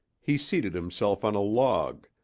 he seated himself on a log,